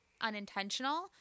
unintentional